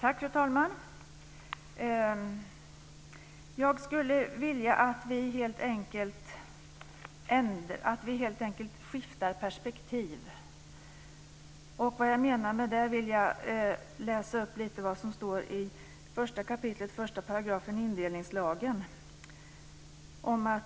Fru talman! Jag skulle vilja att vi helt enkelt skiftar perspektiv. Vad jag menar med det ska jag förklara genom att tala om lite grann vad som står i 1 kap. 1 § indelningslagen.